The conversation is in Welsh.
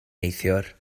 neithiwr